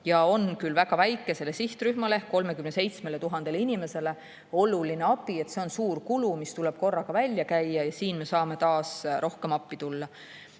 on väga väikesele sihtrühmale ehk 37 000 inimesele oluline abi. See on suur kulu, mis tuleb korraga välja käia, ja siin me saame taas rohkem appi tulla.